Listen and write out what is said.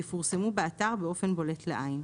יפורסמו באתר באופן בולט לעין.